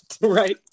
Right